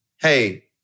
hey